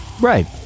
Right